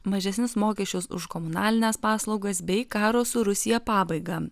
mažesnius mokesčius už komunalines paslaugas bei karo su rusija pabaigą